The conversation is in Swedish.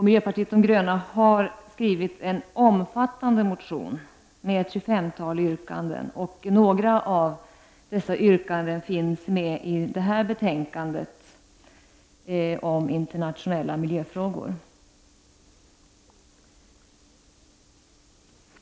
Miljöpartiet de gröna har skrivit en omfattande motion med ett tjugofemtal yrkanden. Några av dessa finns med i detta betänkande om internationella miljöfrågor.